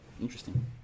interesting